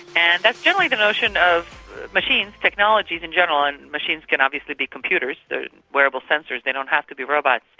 and that's generally the notion of machines, technologies in general, and machines can obviously be computers, the wearable sensors, they don't have to be robots,